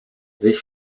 sich